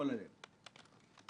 לא מתפקידו של מנכ"ל הכנסת